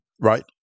right